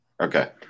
okay